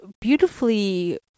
beautifully